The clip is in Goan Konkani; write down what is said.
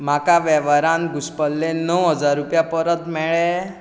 म्हाका वेव्हारांत घुसपल्ले णव हजर रुपया परत मेळ्ळें